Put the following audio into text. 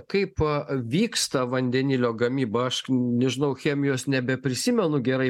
kaip a vyksta vandenilio gamyba aš nežinau chemijos nebeprisimenu gerai